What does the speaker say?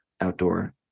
outdoor